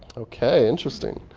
ok, interesting